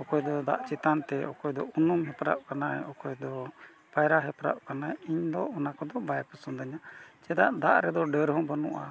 ᱚᱠᱚᱭ ᱫᱚ ᱫᱟᱜ ᱪᱮᱛᱟᱱ ᱛᱮ ᱚᱠᱚᱭ ᱫᱚ ᱩᱱᱩᱢ ᱦᱮᱯᱨᱟᱜ ᱠᱟᱱᱟᱭ ᱚᱠᱚᱭ ᱫᱚ ᱯᱟᱭᱨᱟ ᱦᱮᱯᱨᱟᱜ ᱠᱟᱱᱟᱭ ᱤᱧ ᱫᱚ ᱚᱱᱟ ᱠᱚᱫᱚ ᱵᱟᱭ ᱯᱚᱥᱚᱱᱫ ᱤᱧᱟᱹ ᱪᱮᱫᱟᱜ ᱫᱟᱜ ᱨᱮᱫᱚ ᱰᱟᱹᱨ ᱦᱚᱸ ᱵᱟᱹᱱᱩᱜᱼᱟ